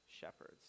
shepherds